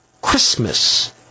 CHRISTMAS